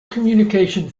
communication